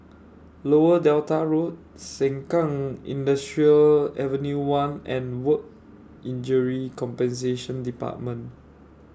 Lower Delta Road Sengkang Industrial Avenue one and Work Injury Compensation department